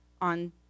on